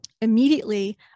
Immediately